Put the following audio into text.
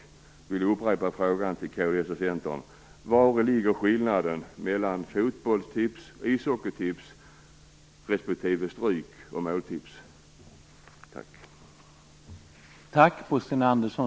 Jag vill dock upprepa min fråga till Kristdemokraterna och Centern: Vari ligger skillnaden mellan fotbollstipset och ishockeytipset å ena sidan och mellan stryktipset och måltipset å andra sidan?